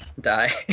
die